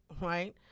right